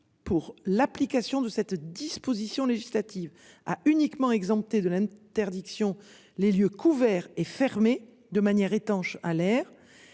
pour l'application de cette disposition législative a uniquement exemptés de l'interdiction les lieux couverts et fermés de manière étanche à l'air